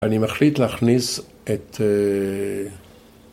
‫אני מחליט להכניס את...